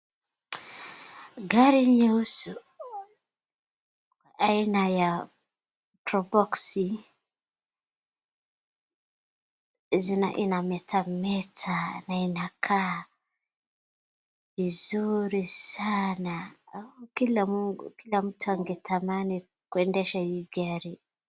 Gari nyeusi aina ya Proboxi, inametameta na inakaa vizuri sana. Kila mtu angetamani kuendesha hii gari.